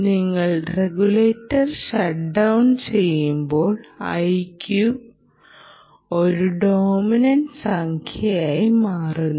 നിങ്ങൾ regulator shut down ചെയ്യുമ്പോൾ iQ ഒരു ഡോമിനൻ്റ് സംഖ്യയായി മാറുന്നു